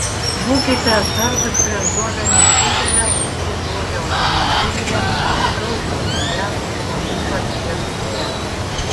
būkite atsargūs prieš duodami didelę vaistų dozę automobilyje traukinyje o ypač lėktuve